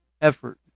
effort